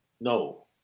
no